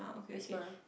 Wisma